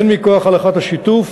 הן מכוח הלכת השיתוף,